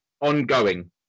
ongoing